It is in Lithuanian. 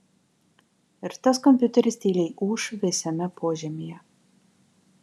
ir tas kompiuteris tyliai ūš vėsiame požemyje